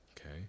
okay